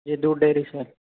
ये दूध डेरी से